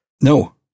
No